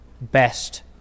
best